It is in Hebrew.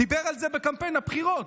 דיבר על זה בקמפיין הבחירות.